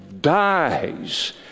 dies